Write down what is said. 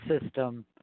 system